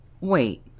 Wait